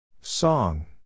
Song